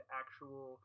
actual